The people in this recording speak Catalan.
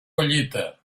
collita